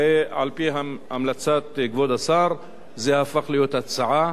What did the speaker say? על-פי המלצת כבוד השר זה הפך להיות הצעה